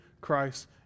Christ